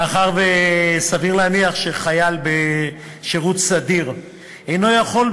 מאחר שסביר להניח שחייל בשירות סדיר אינו יכול,